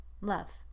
love